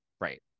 right